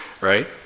right